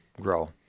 grow